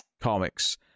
comics